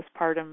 postpartum